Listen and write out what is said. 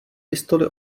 pistoli